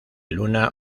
luna